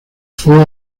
fue